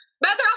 Better